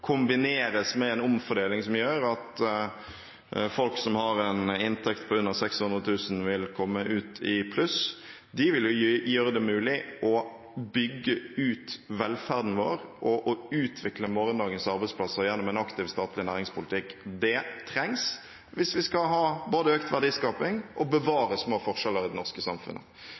kombineres med en omfordeling som gjør at folk som har en inntekt på under 600 000, vil komme ut i pluss – vil gjøre det mulig å bygge ut velferden vår og å utvikle morgendagens arbeidsplasser gjennom en aktiv statlig næringspolitikk. Det trengs hvis vi både skal ha økt verdiskaping og bevare små forskjeller i det norske samfunnet.